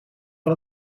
van